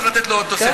צריך לתת לו עוד תוספת.